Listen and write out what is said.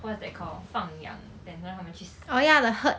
what is that called 放养 then 让他们去死